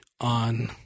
on